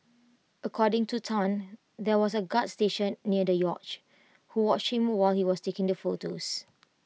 according to Tan there was A guard stationed near the yacht who watched him while he was taking the photos